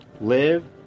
live